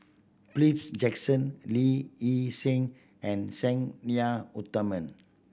Philips Jackson Lee Hee Seng and Sang Nila Utama